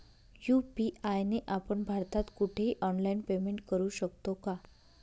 UPI ने आपण भारतात कुठेही ऑनलाईन पेमेंट करु शकतो का?